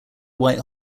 white